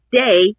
day